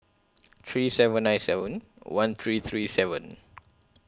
three seven nine seven one three three seven